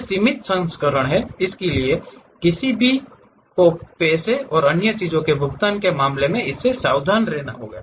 इसके सीमित संस्करण हैं इसलिए किसी को पैसे और अन्य चीजों के भुगतान के मामले में इससे सावधान रहना होगा